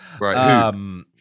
Right